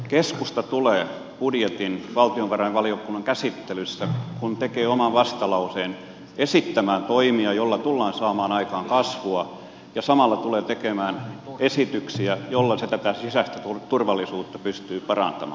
keskusta tulee budjetin valtiovarainvaliokunnan käsittelyssä kun tekee oman vastalauseen esittämään toimia joilla tullaan saamaan aikaan kasvua ja samalla tulee tekemään esityksiä joilla se tätä sisäistä turvallisuutta pystyy parantamaan